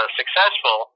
successful